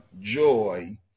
joy